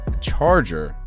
Charger